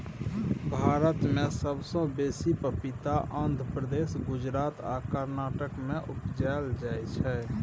भारत मे सबसँ बेसी पपीता आंध्र प्रदेश, गुजरात आ कर्नाटक मे उपजाएल जाइ छै